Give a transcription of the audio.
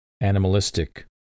Animalistic